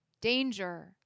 danger